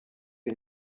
sie